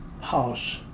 house